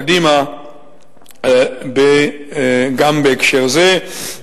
קדימה גם בהקשר זה.